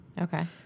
Okay